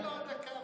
תן לו עוד דקה.